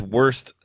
worst